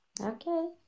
Okay